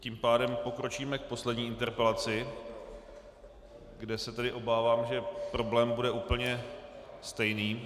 Tím pádem pokročíme k poslední interpelaci, kde se tedy obávám, že problém bude úplně stejný.